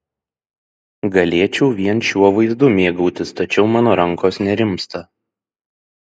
galėčiau vien šiuo vaizdu mėgautis tačiau mano rankos nerimsta